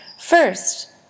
First